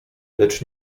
lecz